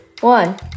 one